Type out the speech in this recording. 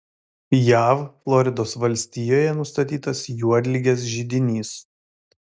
jav floridos valstijoje nustatytas juodligės židinys